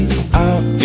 out